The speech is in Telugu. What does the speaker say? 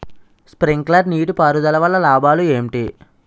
స్ప్రింక్లర్ నీటిపారుదల వల్ల లాభాలు ఏంటి?